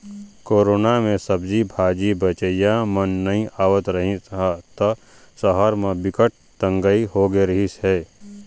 corona म सब्जी भाजी बेचइया मन नइ आवत रिहिस ह त सहर म बिकट तंगई होगे रिहिस हे